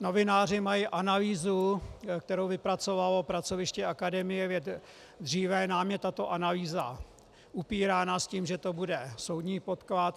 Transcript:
Novináři mají analýzu, kterou vypracovalo pracoviště Akademie věd dříve, nám je tato analýza upírána s tím, že to bude soudní podklad.